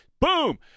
Boom